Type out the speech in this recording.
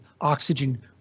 oxygen